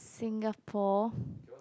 Singapore